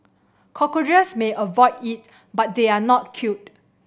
cockroaches may avoid it but they are not killed